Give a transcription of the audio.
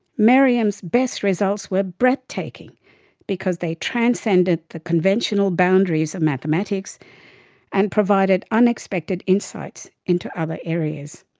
maryam's best results were breathtaking because they transcended the conventional boundaries of mathematics and provided unexpected insights into other areas.